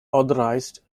authorised